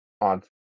On